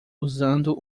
usando